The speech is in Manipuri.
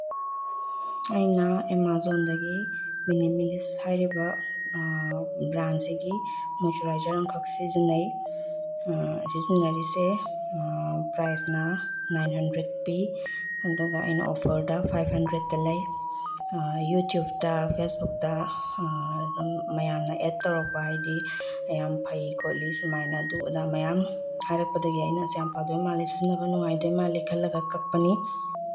ꯑꯩꯅ ꯑꯦꯃꯥꯖꯣꯟꯗꯒꯤ ꯃꯤꯂꯤꯃꯤꯂꯤꯁ ꯍꯥꯏꯔꯤꯕ ꯕ꯭ꯔꯥꯟꯁꯤꯒꯤ ꯃꯣꯏꯆꯔꯥꯏꯖꯔ ꯑꯃꯈꯛ ꯁꯤꯖꯤꯟꯅꯩ ꯁꯤꯖꯤꯟꯅꯔꯤꯁꯦ ꯄ꯭ꯔꯥꯏꯁꯅ ꯅꯥꯏꯟ ꯍꯟꯗ꯭ꯔꯦꯠ ꯄꯤ ꯑꯗꯨꯒ ꯑꯩꯅ ꯑꯣꯐꯔꯗ ꯐꯥꯏꯚ ꯍꯟꯗ꯭ꯔꯦꯠꯇ ꯂꯩ ꯌꯨꯇꯨꯞꯇ ꯐꯦꯁꯕꯨꯛꯇ ꯑꯗꯨꯝ ꯃꯌꯥꯝꯅ ꯑꯦꯠ ꯇꯧꯔꯛꯄ ꯍꯥꯏꯗꯤ ꯌꯥꯝ ꯐꯩ ꯈꯣꯠꯂꯤ ꯁꯨꯃꯥꯏꯅ ꯑꯗꯨ ꯑꯗꯥ ꯃꯌꯥꯝ ꯍꯥꯏꯔꯛꯄꯗꯒꯤ ꯑꯩꯅ ꯑꯁ ꯌꯥꯝ ꯐꯗꯣꯏ ꯃꯥꯜꯂꯦ ꯁꯤꯖꯤꯟꯅꯕ ꯐꯗꯣꯏ ꯃꯥꯜꯂꯦ ꯈꯜꯂꯒ ꯀꯛꯄꯅꯤ